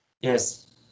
Yes